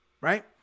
right